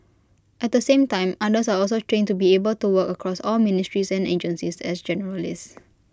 at the same time others are also trained to be able to work across all ministries and agencies as generalists